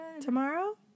Tomorrow